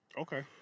Okay